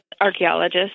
archaeologist